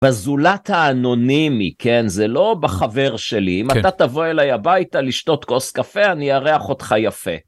בזולת האנונימי כן זה לא בחבר שלי אם אתה תבוא אליי הביתה לשתות כוס קפה אני אארח אותך יפה.